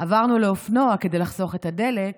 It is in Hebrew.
עברנו לאופנוע כדי לחסוך את הדלק,